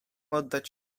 oddać